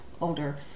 older